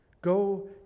Go